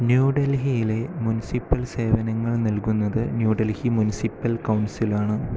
ന്യൂഡൽഹിയിലെ മുനിസിപ്പൽ സേവനങ്ങൾ നൽകുന്നത് ന്യൂ ഡൽഹി മുനിസിപ്പൽ കൗൺസിലാണ്